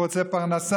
הוא רוצה פרנסה.